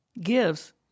Gives